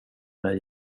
mig